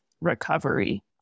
recovery